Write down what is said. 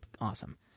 awesome